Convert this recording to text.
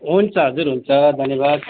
हुन्छ हजुर हुन्छ धन्यवाद